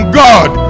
god